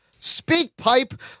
SpeakPipe